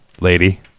lady